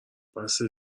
بسه